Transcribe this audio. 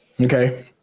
Okay